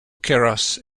keras